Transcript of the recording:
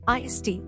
IST